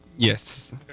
Yes